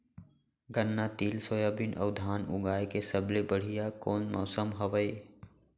गन्ना, तिल, सोयाबीन अऊ धान उगाए के सबले बढ़िया कोन मौसम हवये?